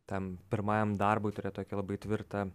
tam pirmajam darbui turėt tokią labai tvirtą